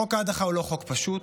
חוק ההדחה הוא לא חוק פשוט.